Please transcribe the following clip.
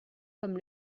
comme